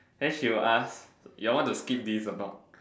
then she will ask you all want to skip this or not